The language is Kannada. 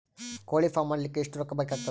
ಕೋಳಿ ಫಾರ್ಮ್ ಮಾಡಲಿಕ್ಕ ಎಷ್ಟು ರೊಕ್ಕಾ ಬೇಕಾಗತದ?